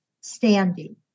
standing